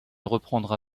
reprendra